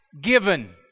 given